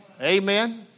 Amen